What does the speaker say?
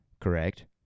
Correct